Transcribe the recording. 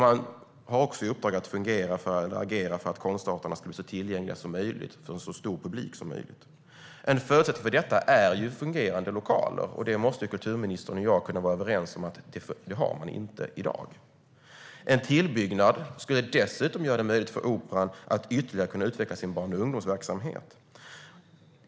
Man har också i uppdrag att agera för att konstarterna ska bli tillgängliga för en så stor publik som möjligt. En förutsättning för detta är fungerande lokaler. Det måste kulturministern och jag kunna vara överens om att man inte har i dag. En tillbyggnad skulle dessutom göra det möjligt för operan att ytterligare kunna utveckla sin barn och ungdomsverksamhet.